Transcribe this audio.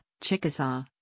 Chickasaw